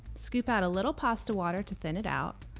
scoop out a little pasta water to thin it out.